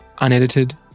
unedited